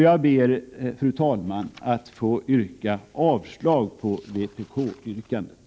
Jag ber, fru talman, att få yrka avslag på vpk-förslaget.